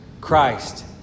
Christ